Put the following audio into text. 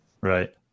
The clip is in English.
Right